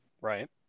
Right